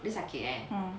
ah